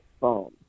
phone